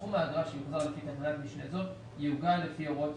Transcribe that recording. סכום האגרה שיוחזר לפי תקנת משנה זו יעוגל לפי הוראות